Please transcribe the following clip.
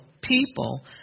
people